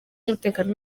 umutekano